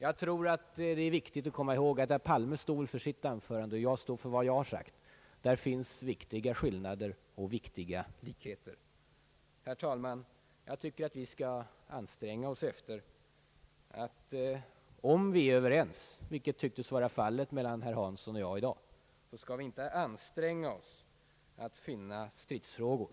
Jag tror att det är viktigt att komma ihåg att herr Palme står för sitt tal och att jag står för mitt. Där finns viktiga skillnader och viktiga likheter. Herr talman! Om vi är överens — vilket herr Hansson ansåg vara fallet oss emellan i dag — bör vi inte anstränga oss att finna stridsfrågor.